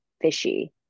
fishy